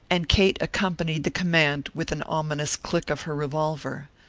and kate accompanied the command with an ominous click of her revolver.